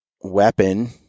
weapon